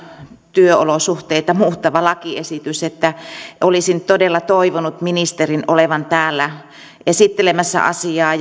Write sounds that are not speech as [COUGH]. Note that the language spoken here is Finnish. työolosuhteita muuttava lakiesitys että olisin todella toivonut ministerin olevan täällä esittelemässä asiaa [UNINTELLIGIBLE]